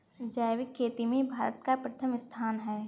जैविक खेती में भारत का प्रथम स्थान है